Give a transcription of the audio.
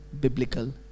biblical